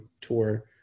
tour